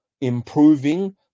improving